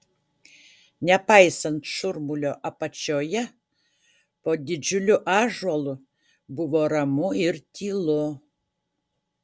nepaisant šurmulio apačioje po didžiuliu ąžuolu buvo ramu ir tylu